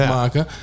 maken